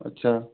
अच्छा